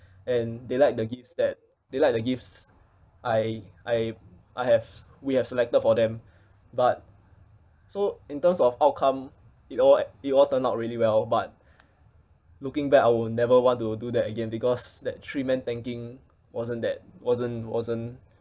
and they like the gifts that they like the gifts I I I have we have selected for them but so in terms of outcome it all it all turned out really well but looking back I will never want to do that again because that three men tanking wasn't that wasn't wasn't